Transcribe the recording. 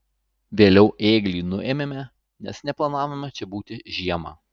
vėliau ėglį nuėmėme nes neplanavome čia būti žiemą